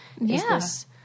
Yes